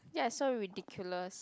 ya so ridiculous